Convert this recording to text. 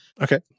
Okay